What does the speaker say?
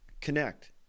Connect